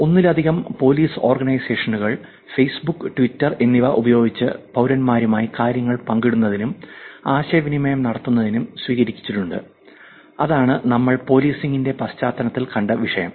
ഒന്നിലധികം പോലീസ് ഓർഗനൈസേഷനുകൾ Facebook Twitter എന്നിവ ഉപയോഗിച്ച് പൌരന്മാരുമായി കാര്യങ്ങൾ പങ്കിടുന്നതിനും ആശയവിനിമയം നടത്തുന്നതിനും സ്വീകരിച്ചിട്ടുണ്ട് അതാണ് നമ്മൾ പൊലീസിങ്ന്റെ പശ്ചാത്തലത്തിൽ കണ്ട വിഷയം